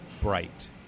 bright